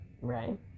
right